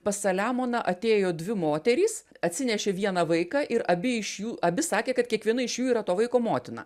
pas saliamoną atėjo dvi moterys atsinešė vieną vaiką ir abi iš jų abi sakė kad kiekviena iš jų yra to vaiko motina